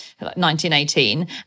1918